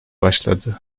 başladı